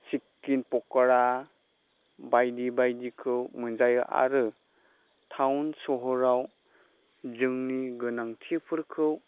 sequin फख'रा बायदि बायदिखौ मोनजायो आरो थाउन सहराव जोंनि गोनांथिफोरखौ